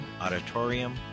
auditorium